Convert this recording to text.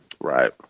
Right